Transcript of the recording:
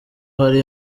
hari